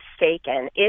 mistaken